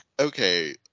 Okay